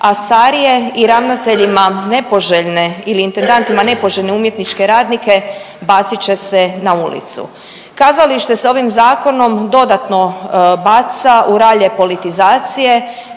a starije i ravnateljima nepoželjne ili intendantima nepoželjne umjetničke radnike bacit će se na ulicu. Kazalište se ovim zakonom dodatno baca u ralje politizacije,